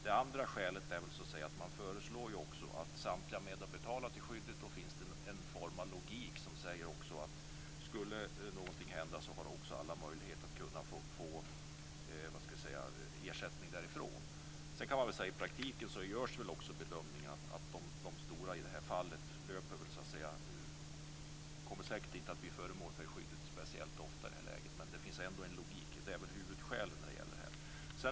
Det andra skälet är - man föreslår att samtliga är med och betalar till skyddet - en form av logik som säger att om någonting skulle hända har alla möjlighet att få ersättning. I praktiken görs också bedömningen att de stora i det här fallet säkert inte kommer att bli föremål för skyddet speciellt ofta. Men det finns ändå en logik i det hela. Det är huvudskälet.